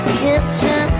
kitchen